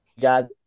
got